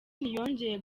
ntiyongeye